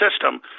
system